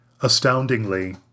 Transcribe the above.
Astoundingly